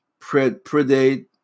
predate